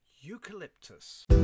Eucalyptus